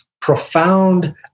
profound